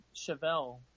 Chevelle